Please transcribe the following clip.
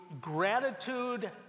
gratitude